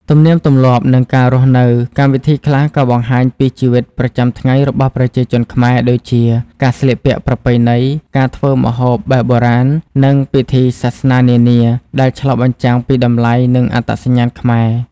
ទំនៀមទម្លាប់ និងការរស់នៅ កម្មវិធីខ្លះក៏បង្ហាញពីជីវិតប្រចាំថ្ងៃរបស់ប្រជាជនខ្មែរ ដូចជាការស្លៀកពាក់ប្រពៃណី ការធ្វើម្ហូបបែបបុរាណ និងពិធីសាសនានានា ដែលឆ្លុះបញ្ចាំងពីតម្លៃ និងអត្តសញ្ញាណខ្មែរ។